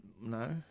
No